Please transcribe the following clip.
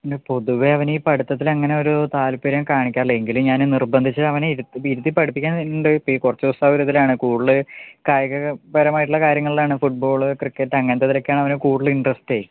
പിന്നെ പൊതുവെ അവൻ ഈ പഠിത്തത്തിൽ അങ്ങനെ ഒരു താൽപര്യം കാണിക്കാറില്ല എങ്കിലും ഞാൻ നിർന്ധിച്ചിട്ട് അവനെ ഇരുത്ത് ഇരുത്തി പഠിപ്പിക്കാനുണ്ട് ഈ കുറച്ച് ദിവസം ആ ഒരുതിലാണ് കൂടല് കായിക പരമായിട്ടുള്ള കാര്യങ്ങളിലാണ് ഫുട്ബാള് ക്രിക്കറ്റ് അങ്ങനത്ത ഇതിലൊക്കെയാണ് അവന് കൂടുതൽ ഇൻറസ്റ്റെ